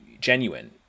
genuine